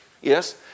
yes